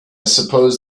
suppose